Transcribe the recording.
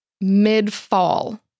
mid-fall